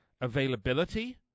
availability